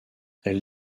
elle